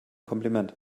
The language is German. kompliment